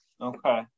Okay